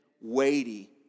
weighty